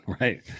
right